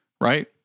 right